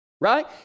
right